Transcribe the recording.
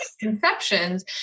conceptions